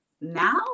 Now